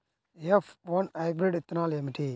F one hybrid విత్తనాలు ఏమిటి?